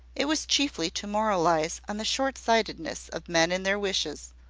it was chiefly to moralise on the short-sightedness of men in their wishes,